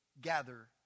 gather